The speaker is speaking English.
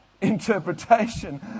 interpretation